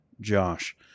Josh